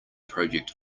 project